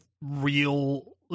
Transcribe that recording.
real